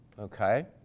Okay